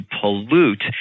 pollute